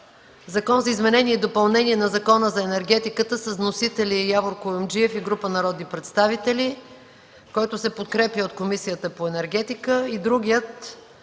Закон за изменение и допълнение на Закона за енергетиката, с вносители Явор Куюмджиев и група народни представители, който се подкрепя от Комисията по енергетика, и другият